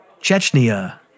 Chechnya